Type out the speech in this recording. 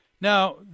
Now